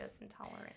intolerant